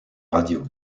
radio